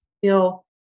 feel